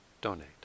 donate